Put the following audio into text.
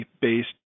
based